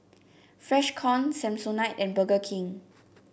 Freshkon Samsonite and Burger King